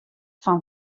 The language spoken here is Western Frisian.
fan